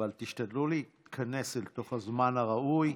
אבל תשתדלו להתכנס אל תוך הזמן הראוי.